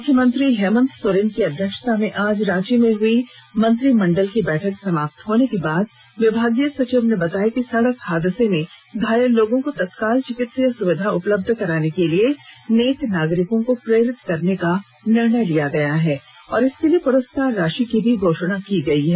मुख्यमंत्री हेमंत सोरेन की अध्यक्षता में आज रांची में हई मंत्रिमंडल की बैठक समाप्त होने के बाद विभागीय सचिव ने बताया कि सड़क हादसे में घायल लोगों को तत्काल चिकित्सीय सुविधा उपलब्ध कराने के लिए नेक नागरिकों को प्रेरित करने का निर्णय लिया गया है और इसके लिए पुरस्कार राषि की भी घोषणा की गयी है